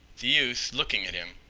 the youth looking at him,